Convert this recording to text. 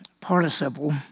participle